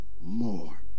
more